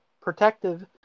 protective